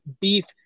beef